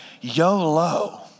YOLO